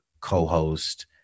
co-host